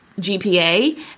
GPA